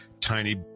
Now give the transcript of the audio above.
tiny